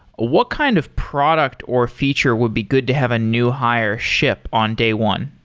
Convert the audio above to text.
what kind of product or feature would be good to have a new hire ship on day one?